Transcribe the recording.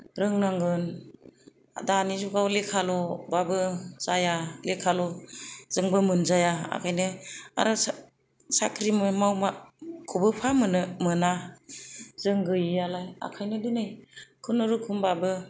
रोंनांगोन दानि जुगाव लेखाल'बाबो जाया लेखाल'जोंबो मोनजाया ओंखायनो आरो साख्रि माव माव खौबो बहा मोननो मोना जों गैयियालाय ओंखायनो दिनै खुनुरखमबाबो